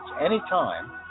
anytime